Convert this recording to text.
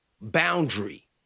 boundary